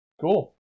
Cool